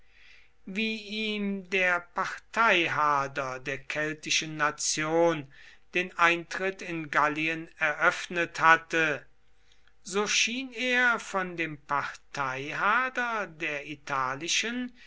wie ihm der parteihader der keltischen nation den eintritt in gallien eröffnet hatte so schien er von dem parteihader der italischen